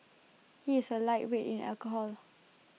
he is A lightweight in alcohol